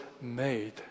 made